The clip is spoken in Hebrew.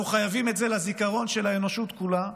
אנחנו חייבים את זה לזיכרון של האנושות כולה,